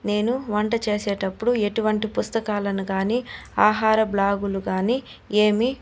నేను వంట చేసేటప్పుడు ఎటువంటి పుస్తకాలను గాని ఆహార బ్లాగులు కానీ ఏమి